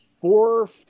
four